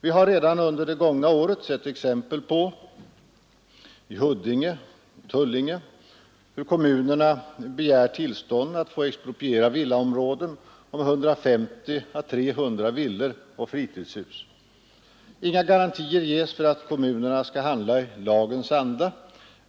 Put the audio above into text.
Vi har redan under det gångna året sett exempel på — t.ex. i Huddinge och Tullinge — hur kommunerna begär tillstånd att få expropriera villaområden om 150—300 villor och fritidshus. Inga garantier ges för att kommunerna skall handla i lagens anda.